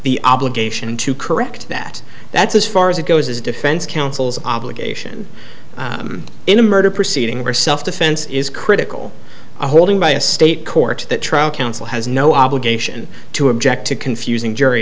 the obligation to correct that that's as far as it goes as defense counsel's obligation in a murder proceeding or self defense is critical holding by a state court trial counsel has no obligation to object to confusing jury